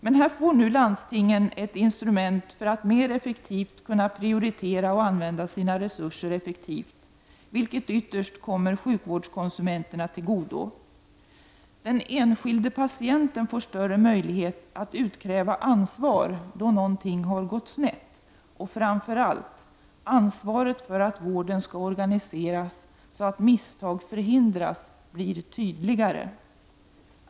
Men här får nu landstingen ett instrument för att mera effektivt kunna prioritera och använda sina resurser, vilket ytterst kommer sjukvårdskonsumenterna till godo. Den enskilde patienten får större möjlighet att utkräva ansvar då någonting har gått snett och framför allt: Ansvaret för att vården skall organiseras så att misstag förhindras blir tydligare.